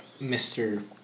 Mr